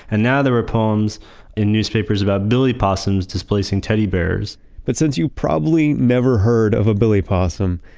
and now there were poems in newspapers about billy possums displacing teddy bears but since you probably never heard of a billy possum,